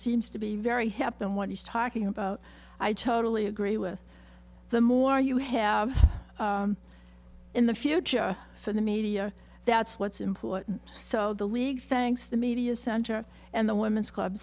seems to be very happy and what he's talking about i totally agree with the more you have in the future for the media that's what's important so the league thanks the media center and the women's clubs